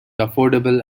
affordable